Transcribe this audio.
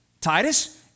Titus